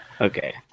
okay